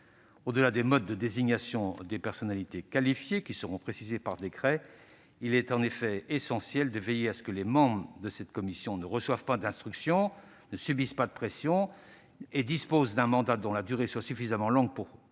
Au-delà des modes de désignation des personnalités qualifiées, qui seront précisés par décret, il est essentiel de veiller à ce que les membres de cette commission ne reçoivent pas d'instructions, ne subissent pas de pressions et disposent d'un mandat dont la durée soit suffisamment longue pour